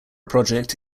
project